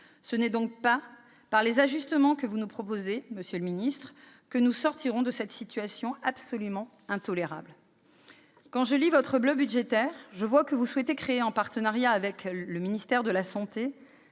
Ce n'est donc pas par les ajustements que vous nous proposez, monsieur le secrétaire d'État, que nous sortirons de cette situation absolument intolérable. Quand je lis votre bleu budgétaire, je vois que vous souhaitez la « création, en partenariat avec le ministère de la santé,